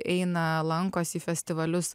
eina lankosi į festivalius